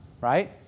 right